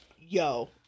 Yo